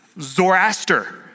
Zoroaster